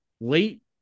late